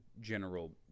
general